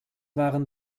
waren